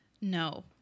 No